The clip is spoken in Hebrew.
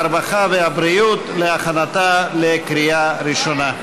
הרווחה והבריאות להכנתה לקריאה ראשונה.